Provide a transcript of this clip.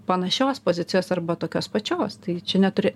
panašios pozicijos arba tokios pačios tai čia neturi